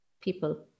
people